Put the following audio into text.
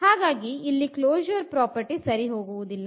ಹಾಗಾಗಿ ಇಲ್ಲಿ closure property ಸರಿ ಹೋಗುವುದಿಲ್ಲ